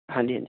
ਹਾਂਜੀ ਹਾਂਜੀ